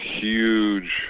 huge